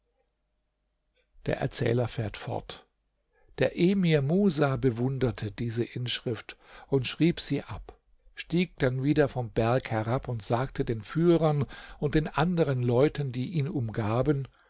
der erzähler fährt fort der emir musa bewunderte diese inschrift und schrieb sie ab stieg dann wieder vom berg herab und sagte den führern und den anderen leuten die ihn umgaben